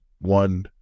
One